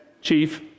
chief